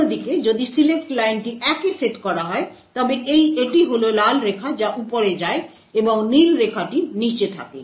অন্যদিকে যদি সিলেক্ট লাইনটি 1 এ সেট করা হয় তবে এটি হল লাল রেখা যা উপরে যায় এবং নীল রেখাটি নীচে থাকে